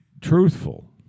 truthful